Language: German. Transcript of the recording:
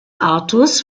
artus